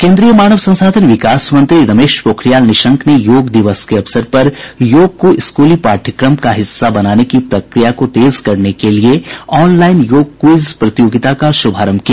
केंद्रीय मानव संसाधन विकास मंत्री रमेश पोखरियाल निशंक ने योग दिवस के अवसर पर योग को स्कूली पाठ्यक्रम का हिस्सा बनाने की प्रक्रिया को तेज करने के लिए आनलाइन योग क्विज प्रतियोगिता का शुभारंभ किया